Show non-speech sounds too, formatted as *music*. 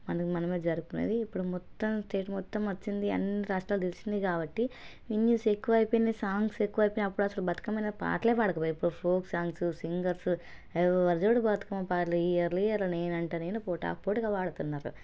మనకు మనమే జరుపుకునేది ఇప్పుడు మొత్తం స్టేట్ మొత్తం వచ్చింది అన్ని రాష్ట్రాలకు తెలిసింది కాబట్టి *unintelligible* ఎక్కువై పోయినాయి సాంగ్స్ ఎక్కువైపోయి అప్పుడు అసలు బతుకమ్మ మీద పాటలే పాడకపోయి ఇప్పుడు ఫోక్ సాంగ్స్ సింగర్స్ ఎవరు చూడు బతుకమ్మ పాటలే ఇయర్లీ నేనంటే నేను పోటాపోటీగా పాడుతున్నారు